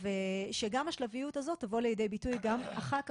שגם השלביות הזאת תבוא על-ידי ביטוי אחר-כך,